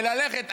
וללכת,